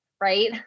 right